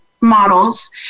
models